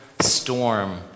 storm